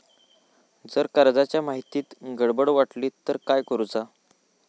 जर कर्जाच्या माहितीत गडबड वाटली तर काय करुचा?